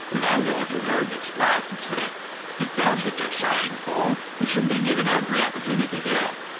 the landlord, who heard this, laughed and said if that's what you're sighing for, you shall be given every opportunity here.